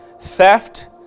theft